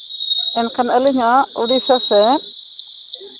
ᱮᱱᱠᱷᱟᱱ ᱟᱹᱞᱤᱧ ᱦᱚᱸ ᱩᱲᱤᱥᱥᱟ ᱥᱮᱫ